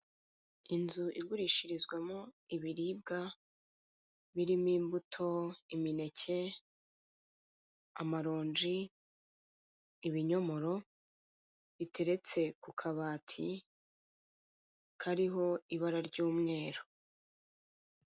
Inzu igurishirizwamo ibiribwa, birimo; imbuto, imineke, amaronji, ibinyomoro, biteretse kukabati kariho ibara ry'umweru.